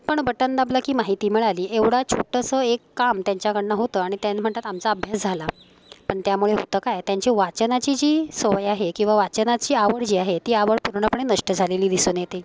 पण बटन दाबला की माहिती मिळाली एवढा छोटंसं एक काम त्यांच्याकडून होतं आणि त्या म्हणतात आमचा अभ्यास झाला पण त्यामुळे होतं काय त्यांची वाचनाची जी सवय आहे किंवा वाचनाची आवड जी आहे ती आवड पूर्णपणे नष्ट झालेली दिसून येते